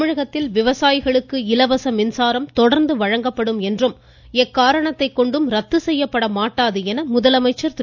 தமிழகத்தில் விவசாயிகளுக்கு இலவச மின்சாரம் தொடா்ந்து வழங்கப்படும் என்றும் எக்காரணத்தை கொண்டும் ரத்து செய்யப்பட மாட்டாது என்றும் முதலமைச்சா் திரு